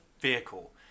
vehicle